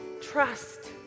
trust